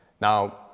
Now